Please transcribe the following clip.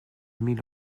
mille